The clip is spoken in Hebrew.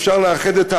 אפשר לאחד את העם,